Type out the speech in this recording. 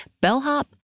bellhop